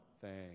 thanks